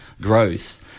growth